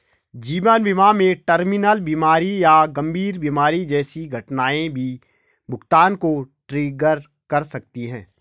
जीवन बीमा में टर्मिनल बीमारी या गंभीर बीमारी जैसी घटनाएं भी भुगतान को ट्रिगर कर सकती हैं